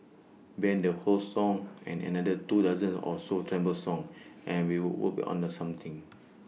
ban the whole song and another two dozen or so terrible songs and we'll would be on the something